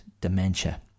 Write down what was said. dementia